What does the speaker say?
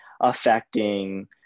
affecting